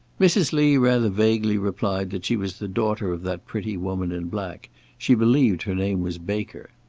mrs. lee rather vaguely replied that she was the daughter of that pretty woman in black she believed her name was baker.